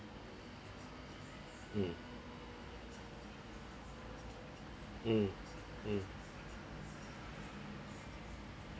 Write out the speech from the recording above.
mm mm mm